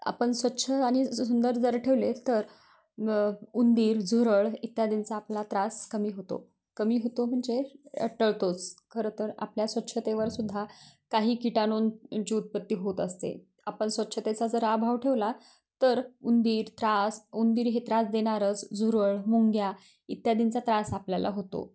आपण स्वच्छ आणि सुंदर जर ठेवले तर मग उंदीर झुरळ इत्यादींचा आपला त्रास कमी होतो कमी होतो म्हणजे टळतोच खरं तर आपल्या स्वच्छतेवर सुद्धा काही किटाणूंची उत्पत्ती होत असते आपण स्वच्छतेचा जर अभाव ठेवला तर उंदीर त्रास उंदीर हे त्रास देणारच झुरळ मुंग्या इत्यादींचा त्रास आपल्याला होतो